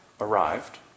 arrived